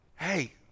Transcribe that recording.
hey